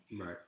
right